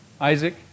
Isaac